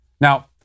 Now